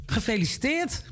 Gefeliciteerd